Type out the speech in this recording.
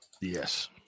Yes